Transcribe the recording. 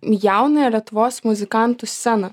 jaunąją lietuvos muzikantų sceną